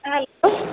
आएल